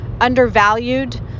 undervalued